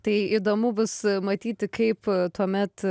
tai įdomu bus matyti kaip tuomet